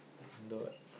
the